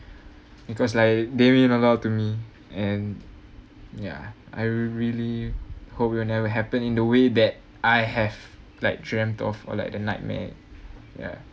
because like they mean a lot to me and ya I really hope it'll never happen in the way that I have like dreamt of or like the nightmare ya